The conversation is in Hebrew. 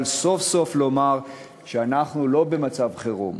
סוף-סוף לומר שאנחנו לא במצב חירום,